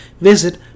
Visit